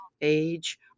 age